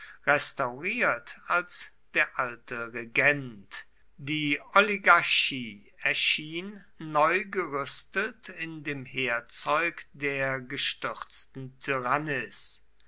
restauriert als der alte regent die oligarchie erschien neu gerüstet in dem heerzeug der gestürzten